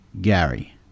Gary